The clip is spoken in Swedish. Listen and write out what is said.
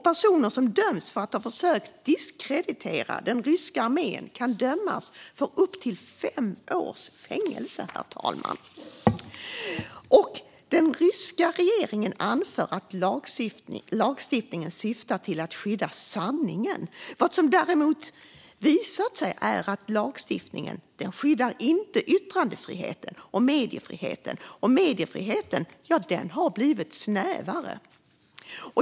Personer som döms för att ha försökt diskreditera den ryska armén kan dömas till upp till fem års fängelse, herr talman. Den ryska regeringen anför att lagstiftningen syftar till att skydda sanningen. Vad som däremot visat sig är att lagstiftningen inte skyddar yttrandefriheten eller mediefriheten. Mediefriheten har blivit snävare.